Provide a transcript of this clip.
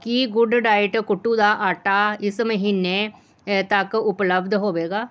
ਕੀ good diet ਕੁੱਟੂ ਦਾ ਆਟਾ ਇਸ ਮਹੀਨੇ ਤੱਕ ਉਪਲੱਬਧ ਹੋਵੇਗਾ